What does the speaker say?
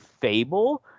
Fable